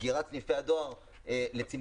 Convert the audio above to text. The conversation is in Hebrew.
סגירת סניפי הדואר לצמצום.